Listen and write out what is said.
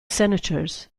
senators